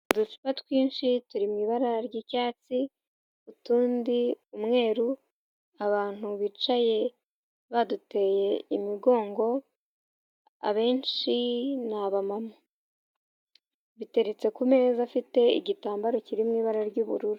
Uducupa twinshi turi mu ibara ry'icyatsi, utundi umweru, abantu bicaye baduteye imigongo, abenshi ni abamama biteretse ku meza afite igitambaro kirimo ibara ry'ubururu.